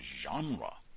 genre